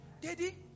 daddy